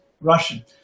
Russian